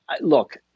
look